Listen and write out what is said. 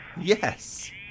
Yes